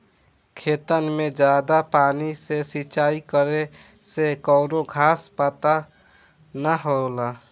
खेतन मे जादा पानी से सिंचाई करे से कवनो घास पात ना होला